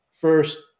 First